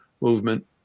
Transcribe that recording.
movement